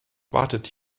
wartet